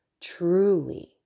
truly